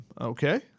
okay